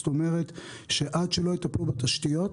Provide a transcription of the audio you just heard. זאת אומרת שעד שלא יטפלו בתשתיות